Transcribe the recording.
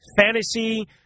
fantasy